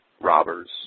robbers